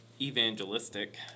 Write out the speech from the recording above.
evangelistic